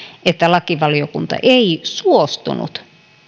että lakivaliokunta ei suostunut